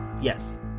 Yes